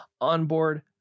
onboard